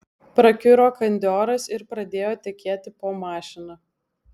prakiuro kandioras ir pradėjo tekėti po mašina